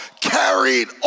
carried